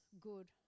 good